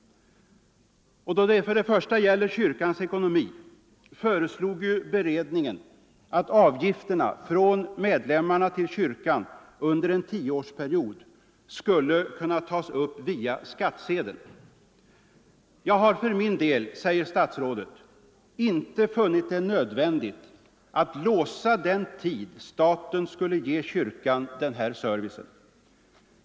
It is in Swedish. Då det gäller kyrkans ekonomi föreslog ju beredningen att avgifterna från medlemmarna till kyrkan under en tioårsperiod skulle kunna tas upp via skattsedeln. ”Jag har för min del”, säger statsrådet, ”inte funnit det nödvändigt att låsa den tid staten skulle ge kyrkan den här servicen.